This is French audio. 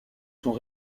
sont